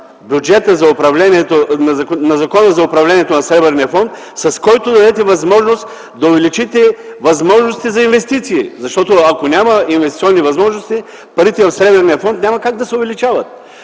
промяна в Закона за управление на Сребърния фонд, с която да дадете възможност да увеличите възможностите за инвестиции? Защото, ако няма инвестиционни възможности, парите в Сребърния фонд няма как да се увеличават.